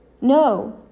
No